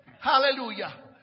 Hallelujah